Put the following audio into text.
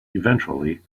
eventually